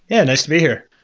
yeah, nice to be here.